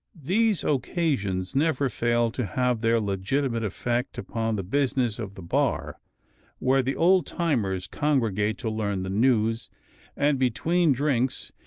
these occasions never fail to have their legitimate effect upon the business of the bar where the old-timers congregate to learn the news and, between drinks,